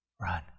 run